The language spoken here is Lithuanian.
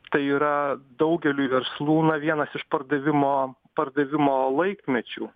tai yra daugeliui verslų na vienas iš pardavimo pardavimo laikmečių